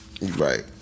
right